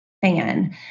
fan